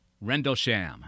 Rendlesham